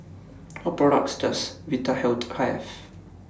What products Does Vitahealth Have